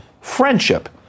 friendship